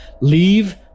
Leave